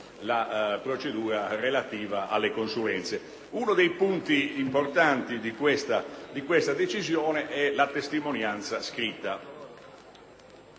la procedura relativa alle consulenze. Uno dei punti importanti di questa decisione è la testimonianza scritta.